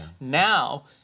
Now